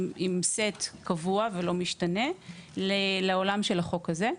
סט קבוע ולא משתנה לעולם של החוק הזה,